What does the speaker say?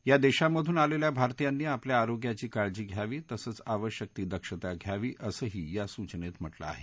या देशांमधून आलेल्या भारतीयांनी आपल्या आरोग्याची काळजी घ्यावी तसचं आवश्यक ती दक्षता घ्यावी असंही या सूवनेत म्हटलं आहे